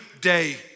day